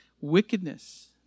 wickedness